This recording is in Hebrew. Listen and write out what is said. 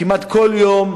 כמעט כל יום,